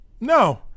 no